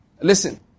Listen